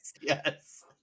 yes